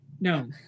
No